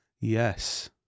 Yes